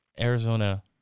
Arizona